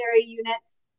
units